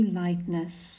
lightness